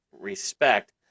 respect